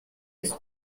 ist